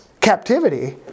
captivity